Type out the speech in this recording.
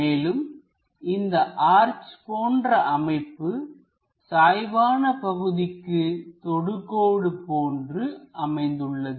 மேலும் இந்த ஆர்ச் போன்ற அமைப்பு சாய்வான பகுதிக்கு தொடுகோடு போன்று அமைந்துள்ளது